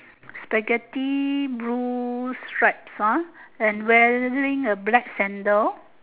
Spaghetti blue stripes ah and wearing a black sandal